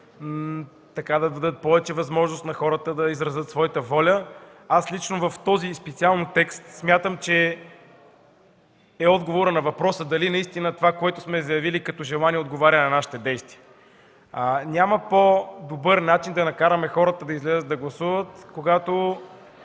които да дадат повече възможност на хората да изразят своята воля, аз лично, специално в този текст, смятам, че е отговорът на въпроса дали наистина това, което сме заявили като желание, отговаря на нашите действия. Няма по-добър начин да накараме хората да излязат да гласуват, ако